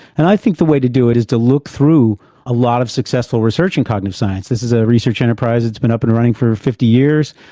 and i think the way to do it is to look through a lot of successful research in cognitive science. this is a research enterprise that's been up and running for fifty years,